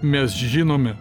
mes žinome